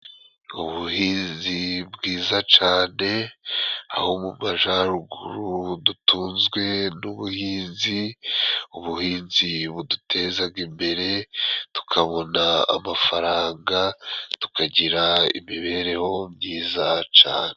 Ubuhinzi bwiza cane aho mu majaruguru dutunzwe n'ubuhinzi, ubuhinzi budutezaga imbere tukabona amafaranga tukagira imibereho myiza cane.